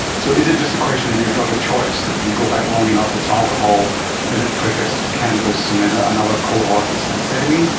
so is it just a question of your drug of choice, that if you go back long enough it's alcohol and then it progresses to cannabis and then another cohort it's amphetamines,